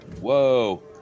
Whoa